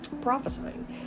prophesying